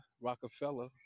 rockefeller